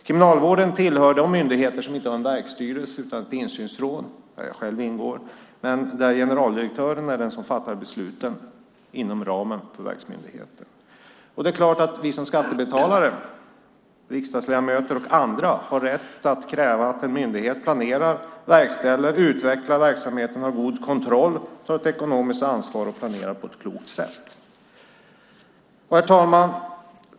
Kriminalvården tillhör de myndigheter som inte har en verksstyrelse utan ett insynsråd, där jag själv ingår, och där generaldirektören är den som fattar besluten inom ramen för verksmyndigheten. Det är klart att vi som skattebetalare, riksdagsledamöter och andra, har rätt att kräva att en myndighet planerar, verkställer och utvecklar verksamheten, har god kontroll, tar ekonomiskt ansvar och planerar på ett klokt sätt. Herr talman!